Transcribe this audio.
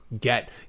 Get